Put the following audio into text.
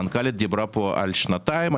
המנכ"לית דיברה פה על שנתיים,